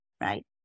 right